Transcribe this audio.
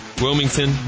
Wilmington